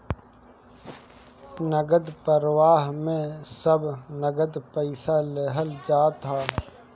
नगद प्रवाह में सब नगद पईसा लेहल जात हअ